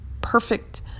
perfect